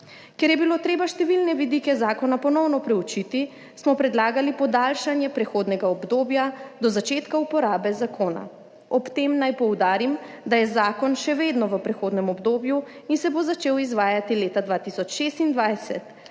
Ker je bilo treba številne vidike zakona ponovno preučiti, smo predlagali podaljšanje prehodnega obdobja do začetka uporabe zakona. Ob tem naj poudarim, da je zakon še vedno v prehodnem obdobju in se bo 8. TRAK: (DAG) - 14.20